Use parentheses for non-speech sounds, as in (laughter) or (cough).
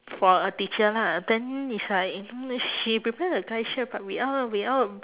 for a teacher lah then it's like (noise) she prepare a guy's shirt but we all we all